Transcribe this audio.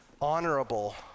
honorable